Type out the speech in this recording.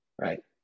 right